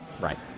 Right